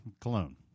cologne